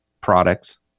products